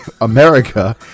America